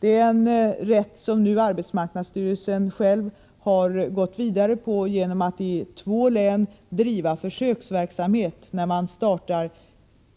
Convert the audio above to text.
Det är en rätt som arbetsmarknadsstyrelsen själv har gått vidare med genom att i två län driva försöksverksamhet. Man startar